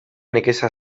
nekeza